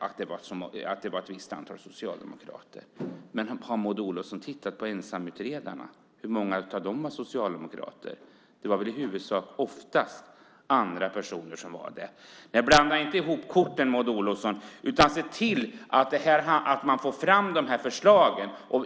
Men har Maud Olofsson tittat på hur många av ensamutredarna som var socialdemokrater? I huvudsak var det väl andra personer som var det? Blanda inte ihop korten, Maud Olofsson, utan se till att man får fram dessa förslag.